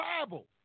Bible